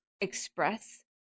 express